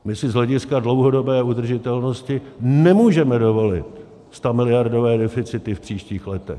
My si z hlediska dlouhodobé udržitelnosti nemůžeme dovolit stamiliardové deficity v příštích letech.